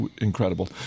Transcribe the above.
incredible